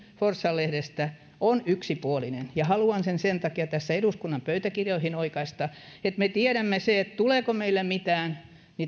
forssan lehdestä on yksipuolinen ja haluan sen sen takia sen tässä eduskunnan pöytäkirjoihin oikaista me tiedämme sen tuleeko meille mitään